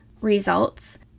results